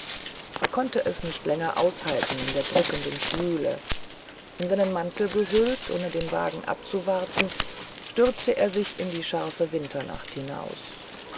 er konnte es nicht länger aushalten in der drückenden schwüle in seinen mantel gehüllt ohne den wagen abzuwarten stürzte er sich in die scharfe winternacht hinaus